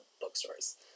bookstores